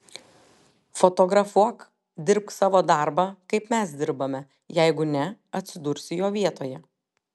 fotografuok dirbk savo darbą kaip mes dirbame jeigu ne atsidursi jo vietoje